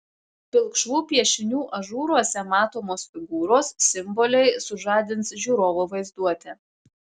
pilkšvų piešinių ažūruose matomos figūros simboliai sužadins žiūrovo vaizduotę